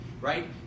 right